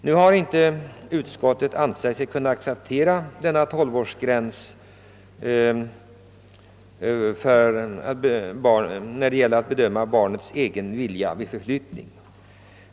Utskottsmajoriteten har dock inte ansett sig böra acceptera att barnet efter fyllda tolv år självt bör få uttrycka sin vilja när det gäller förflyttning.